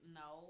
no